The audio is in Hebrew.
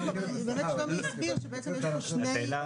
אני מרגיש כמו בפסיכומטרי.